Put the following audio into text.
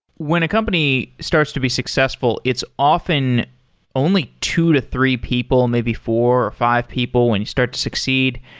when a company starts to be successful, it's often only two to three people, maybe four or five people when you start to succeed.